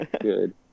Good